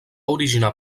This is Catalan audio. originar